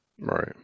right